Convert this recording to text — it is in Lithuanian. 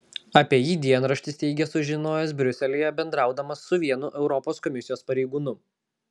apie jį dienraštis teigia sužinojęs briuselyje bendraudamas su vienu europos komisijos pareigūnu